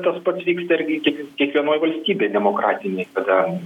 tas pats vyksta irgi kik kiekvienoj valstybėj demokratėj kada